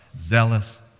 zealous